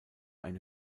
eine